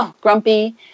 grumpy